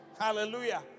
Hallelujah